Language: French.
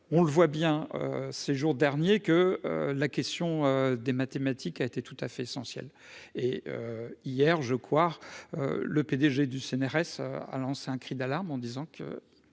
on le voit bien, ces jours derniers que la question des mathématiques, a été tout à fait essentiel et hier, je crois, le PDG du CNRS a lancé un cri d'alarme en disant qu'il